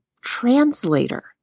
translator